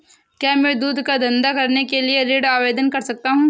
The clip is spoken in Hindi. क्या मैं दूध का धंधा करने के लिए ऋण आवेदन कर सकता हूँ?